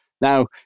Now